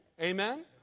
Amen